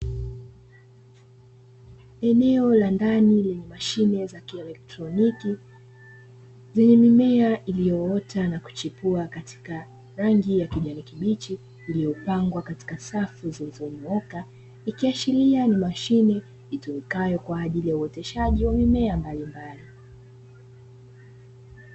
Eneo la ndani lenye mashine za kielektroniki zenye mimea iliyoota na kuchipua katika rangi ya kijani kibichi, iliyopangwa katika safu zilizonyooka ikiashiria ni mashine itumikayo kwa ajili ya uoteshaji wa mimea mbalimbali.